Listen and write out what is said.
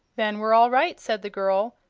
then we're all right, said the girl,